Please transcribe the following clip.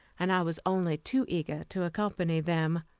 and i was only too eager to accompany them.